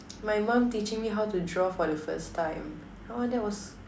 my mum teaching me how to draw for the first time !wah! that was